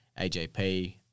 AJP